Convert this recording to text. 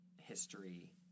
history